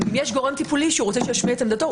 אם יש גורם טיפולי שרוצה שישמיע את עמדתו,